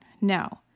No